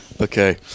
Okay